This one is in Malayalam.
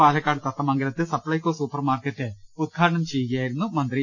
പാലക്കാട് തത്തമംഗലത്ത് സപ്പെകോ സൂപ്പർ മാർക്കറ്റ് ഉദ്ഘാടനം ചെയ്യുകയായിരുന്നു മന്ത്രി